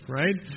right